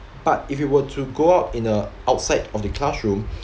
but if you were to go out in uh outside of the classroom